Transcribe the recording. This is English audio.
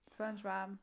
SpongeBob